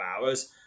hours